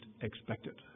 expected